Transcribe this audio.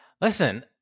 listen